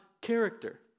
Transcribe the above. character